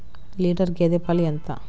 Litre గేదె పాలు ఎంత?